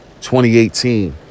2018